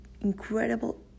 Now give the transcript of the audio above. incredible